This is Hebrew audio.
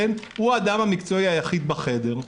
הוא האדם המקצועי היחיד בחדר,